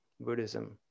Buddhism